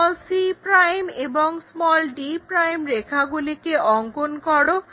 c' এবং d'রেখা গুলিকে অঙ্কন করো